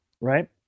right